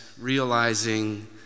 realizing